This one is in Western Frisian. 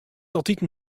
altiten